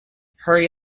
hurry